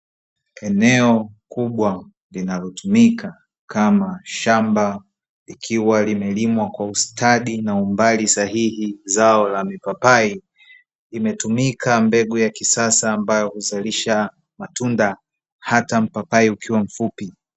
Eneo kubwa linalotumika kama shamba likiwa limelimwa kwa ustadi na umbali sahihi zao la mipapai, imetumika mbegu ya kisasa ambayo huzalisha matunda hata mipapai ukiwa mfupi.